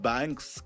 Banks